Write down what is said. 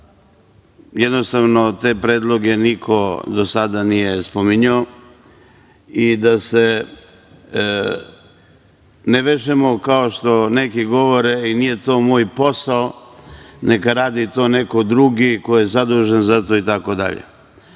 Jednostavno, te predloge niko do sada nije spominjao. Da se ne vežemo, kao što neki govore – nije to moj posao, neka radi to neko drugi ko je zadužen za to itd. Prvo